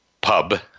pub